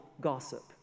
gossip